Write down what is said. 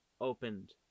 opened